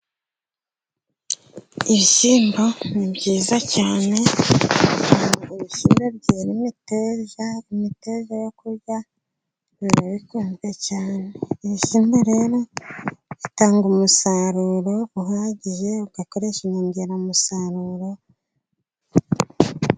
Ibishyimbo ni byiza cyane ibishyimbo byera imiteja, yo kurya biba bikunzwe cyane, ibishyimbo rero bitanga umusaruro uhagije, ugakoresha inyongeramusaruro...